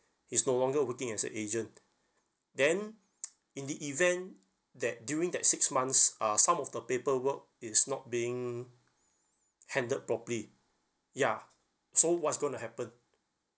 he's no longer working as a agent then in the event that during that six months uh some of the paperwork is not being handed properly ya so what's going to happen